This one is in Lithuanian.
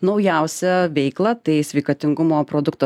naujausią veiklą tai sveikatingumo produkto